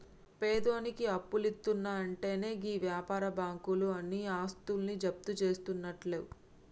పేదోనికి అప్పులిత్తున్నయంటెనే గీ వ్యాపార బాకుంలు ఆని ఆస్తులు జప్తుజేస్తయన్నట్లు